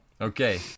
Okay